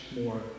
more